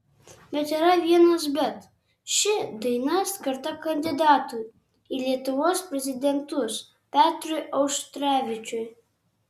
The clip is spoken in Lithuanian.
bet yra vienas bet ši daina skirta kandidatui į lietuvos prezidentus petrui auštrevičiui